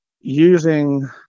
using